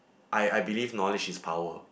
I I believe knowledge is power